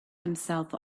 himself